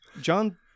John